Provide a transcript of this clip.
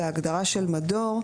"מדור"